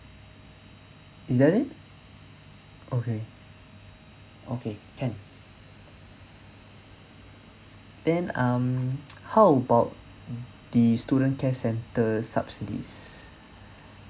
is that it okay okay can then um how about the student care centre subsidies